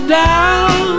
down